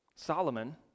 Solomon